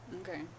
Okay